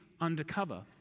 undercover